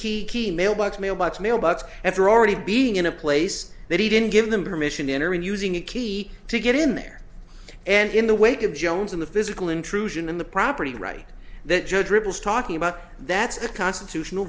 key mailbox mailbox mailbox after already being in a place that he didn't give them permission to enter and using a key to get in there and in the wake of jones in the physical intrusion in the property right that joe dribbles talking about that's a constitutional